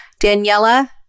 Daniela